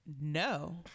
no